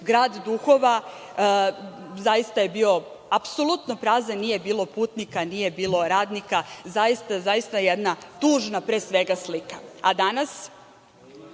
grad duhova. Zaista je bio apsolutno prazan, nije bilo putnika, nije bilo radnika. Zaista, jedna pre svega tužna slika. A danas?